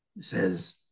says